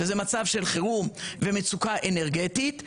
שזה מצב של חירום ומצוקה אנרגטית,